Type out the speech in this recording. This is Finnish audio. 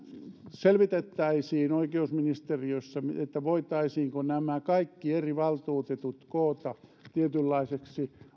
selvitettäisiin oikeusministeriössä voitaisiinko nämä kaikki eri valtuutetut koota tietynlaiseksi